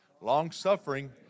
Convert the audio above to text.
Long-suffering